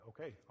okay